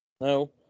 No